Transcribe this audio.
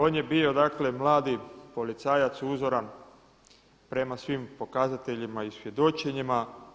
On je bio, dakle mladi policajac uzoran prema svim pokazateljima i svjedočenjima.